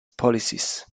policies